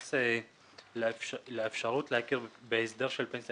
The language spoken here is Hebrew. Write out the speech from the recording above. מתייחס לאפשרות להכיר בהסדר של פנסיה